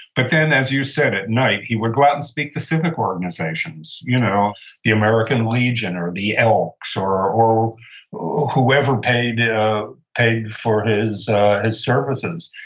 but then, as you said, at night, he would go out and speak to civic organizations. you know the american legion, or the elks, or or whoever paid ah paid for his his services.